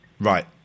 Right